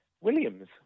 Williams